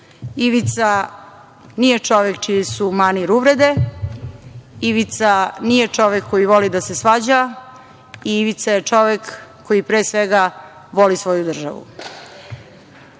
Ivica nije čovek čiji su manir uvrede, Ivica nije čovek koji voli da se svađa. Ivica je čovek koji, pre svega, voli svoju državu.